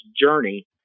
journey